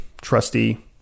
trusty